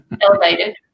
elevated